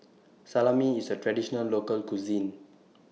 Salami IS A Traditional Local Cuisine